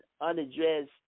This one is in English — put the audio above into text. unaddressed